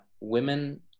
women